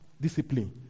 discipline